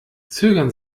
zögern